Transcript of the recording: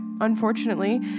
unfortunately